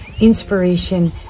inspiration